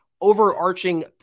overarching